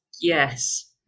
Yes